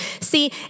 See